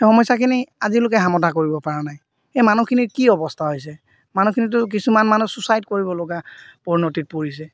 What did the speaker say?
সেই সমস্যাখিনি আজিলৈকে সমাধা কৰিব পৰা নাই এই মানুহখিনিৰ কি অৱস্থা হৈছে মানুহখিনিতো কিছুমান মানুহ ছুইচাইড কৰিব লগা পৰিণতিত পৰিছে